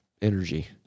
energy